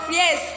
yes